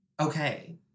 Okay